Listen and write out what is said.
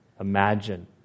imagine